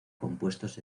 compuestos